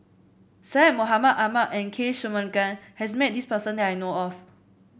Syed Mohamed Ahmed and K Shanmugam has met this person that I know of